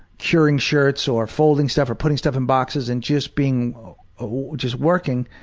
curing shirts or folding stuff or putting stuff in boxes and just being just working,